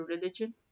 religion